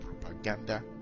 propaganda